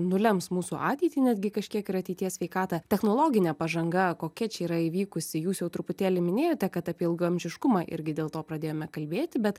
nulems mūsų ateitį netgi kažkiek ir ateities sveikatą technologinė pažanga kokia čia yra įvykusi jūs jau truputėlį minėjote kad apie ilgaamžiškumą irgi dėl to pradėjome kalbėti bet